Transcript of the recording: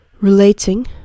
relating